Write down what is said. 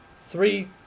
three